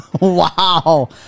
Wow